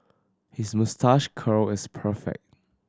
his moustache curl is perfect